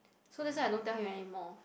so that's why I don't tell him anymore